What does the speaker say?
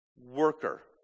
worker